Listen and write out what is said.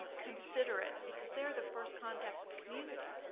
considerate, because they're the first contact with the community.